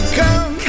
come